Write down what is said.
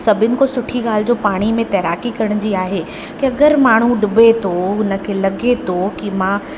सभिनी खां सुठी ॻाल्हि जो पाणी में तैराकी करण जी आहे त अगरि माण्हू ॾुबे थो हुनखे लॻे थो कि मां